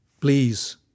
Please